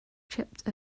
chipped